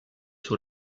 sur